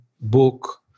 book